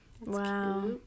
wow